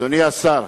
אדוני השר,